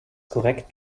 korrekt